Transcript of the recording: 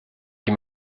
qui